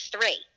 three